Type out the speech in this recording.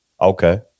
Okay